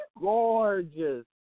Gorgeous